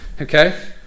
Okay